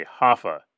Hoffa